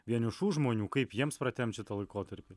vienišų žmonių kaip jiems pratempti šitą laikotarpį